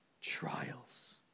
trials